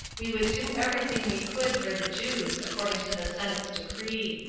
we would do every thing we could for the jews, according to the senate's decree.